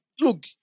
look